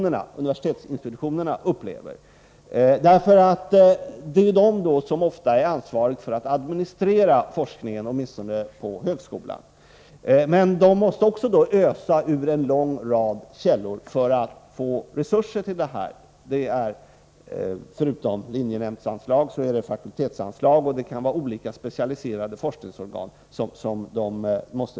Många av dem, åtminstone i vad gäller högskolan, är ansvariga för att administrera forskningen, och de måste ösa ur en lång rad källor för att få resurser till denna. Förutom linjenämndsanslag och fakultetsanslag är det också fråga om anslag från olika specialiserade forskningsorgan.